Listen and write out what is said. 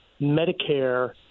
Medicare